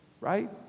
right